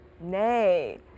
nay